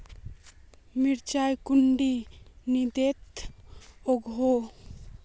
मिर्चान कुंडा दिनोत उगैहे?